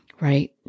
right